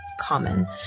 common